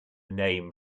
name